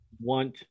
want